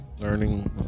learning